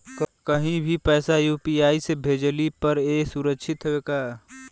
कहि भी पैसा यू.पी.आई से भेजली पर ए सुरक्षित हवे का?